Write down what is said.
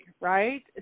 right